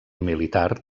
militar